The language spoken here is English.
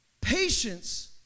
Patience